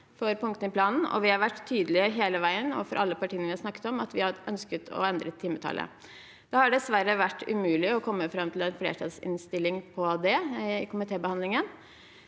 veien vært tydelige på at vi har ønsket å endre timetallet. Det har dessverre vært umulig å komme fram til en flertallsinnstilling på det i komitébehandlingen.